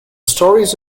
stories